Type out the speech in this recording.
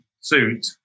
suit